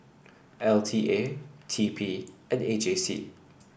L T A T P and A J C